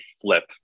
flip